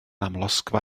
amlosgfa